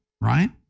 Right